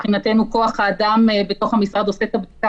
מבחינתנו כוח האדם בתוך המשרד עושה את הבדיקה.